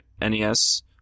NES